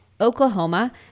Oklahoma